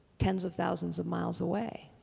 tens of thousands of miles away.